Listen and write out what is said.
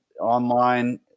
online